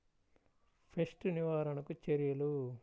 Pest నివారణకు చర్యలు?